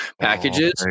packages